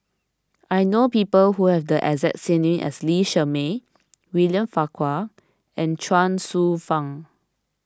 I know people who have the exact name as Lee Shermay William Farquhar and Chuang Hsueh Fang